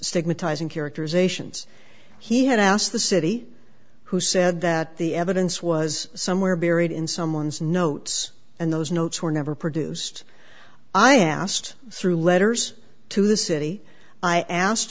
stigmatizing characterizations he had asked the city who said that the evidence was somewhere buried in someone's notes and those notes were never produced i asked through letters to the city i asked